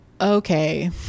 okay